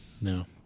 No